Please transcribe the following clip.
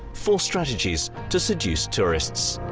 four strategies to seduce tourists.